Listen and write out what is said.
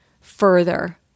further